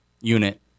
unit